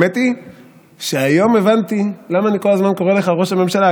האמת היא שהיום הבנתי למה אני כל הזמן קורא לך ראש הממשלה.